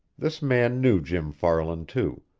this man knew jim farland, too,